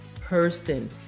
person